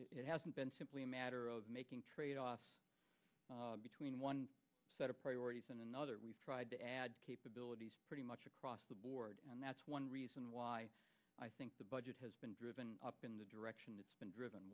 it hasn't been simply a matter of making tradeoff between one set of priorities and another we've tried to add capabilities pretty much across the board and that's one reason why i think the budget has been driven up in the direction it's been driven